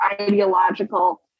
ideological